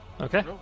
okay